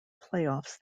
playoffs